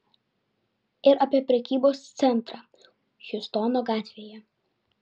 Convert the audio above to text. ir apie prekybos centrą hjustono gatvėje